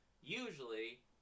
usually